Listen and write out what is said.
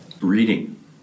reading